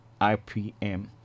IPM